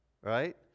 right